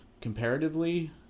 comparatively